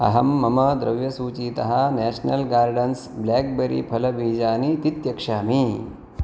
अहं मम द्रव्यसूचीतः नेशनल् गार्डेन्स् ब्लाक्बेरी फलबीजानि तित्यक्षामि